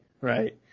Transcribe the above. right